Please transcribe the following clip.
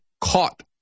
caught